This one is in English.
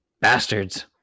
bastards